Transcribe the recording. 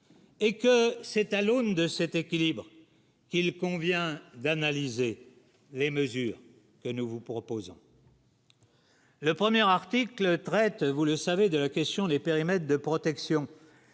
et que c'est à l'aune de cet équilibre qu'il convient d'analyser les mesures que nous vous proposons. Le 1er article traite, vous le savez, de la question des périmètres de protection